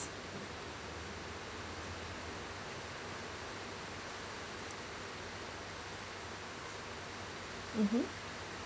mmhmm